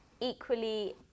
Equally